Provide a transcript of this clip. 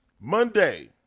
Monday